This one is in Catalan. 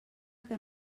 que